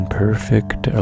perfect